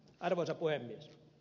arvoisa puhemies